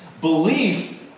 Belief